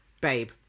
babe